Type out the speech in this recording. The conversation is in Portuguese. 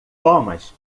thomas